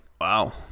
Wow